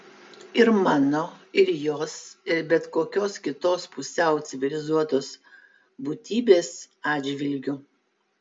ir mano ir jos ir bet kokios kitos pusiau civilizuotos būtybės atžvilgiu